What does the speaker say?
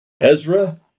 Ezra